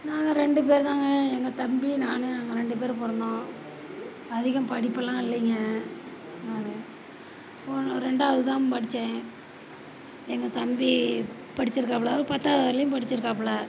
நாங்கள் ரெண்டு பேர் தாங்க எங்கள் தம்பி நான் நாங்கள் ரெண்டு பேரும் பிறந்தோம் அதிகம் படிப்பெலாம் இல்லைங்க நான் ஒன்று ரெண்டாவதுதான் படித்தேன் எங்கள் தம்பி படிச்சுருக்காப்புல அவர் பத்தாவது வரையிலியும் படிச்சுருக்காப்புல